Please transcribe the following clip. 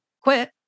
quit